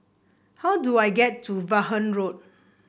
how do I get to Vaughan Road